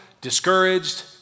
discouraged